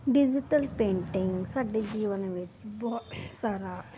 digital painting ਸਾਡੇ ਜੀਵਨ ਵਿੱਚ ਬਹੁਤ ਸਾਰਾ